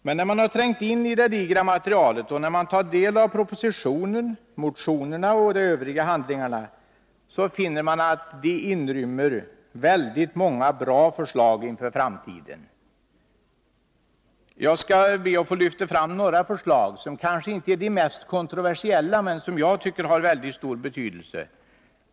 Men när man har trängt in i det digra materialet och tagit del av propositionen, motionerna och de övriga handlingarna, finner man att de inrymmer väldigt många bra förslag inför framtiden. Jag skall be att få lyfta fram några förslag, som kanske inte är de mest kontroversiella men som jag tycker har mycket stor betydelse.